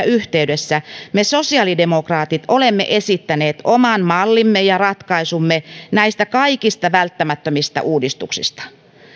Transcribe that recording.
yhteydessä me sosiaalidemokraatit olemme esittäneet oman mallimme ja ratkaisumme näistä kaikista välttämättömistä uudistuksista